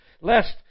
Lest